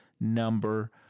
number